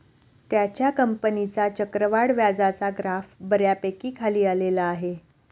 त्याच्या कंपनीचा चक्रवाढ व्याजाचा ग्राफ बऱ्यापैकी खाली आलेला आहे